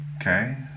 Okay